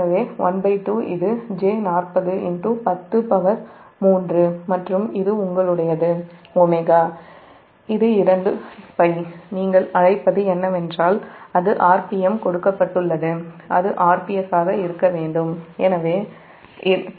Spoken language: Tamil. எனவே ½ இது j40 103 மற்றும் இது உங்களுடையது ω இது 2π நீங்கள் அழைப்பது என்னவென்றால் அது rpm கொடுக்கப்பட்டுள்ளது அது rps ஆக இருக்கும்